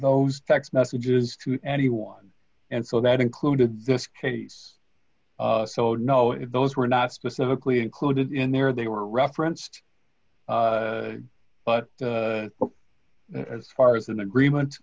those text messages to anyone and so that included this case so no if those were not specifically included in there they were referenced but as far as an agreement